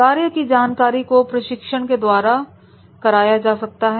कार्य की जानकारी को प्रशिक्षण के द्वारा कराया जा सकता है